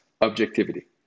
objectivity